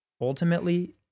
ultimately—